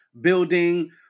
building